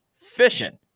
Fishing